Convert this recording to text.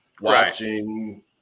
watching